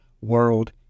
world